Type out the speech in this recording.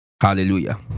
Hallelujah